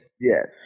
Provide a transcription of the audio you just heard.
Yes